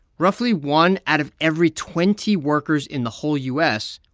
roughly one out of every twenty workers in the whole u s.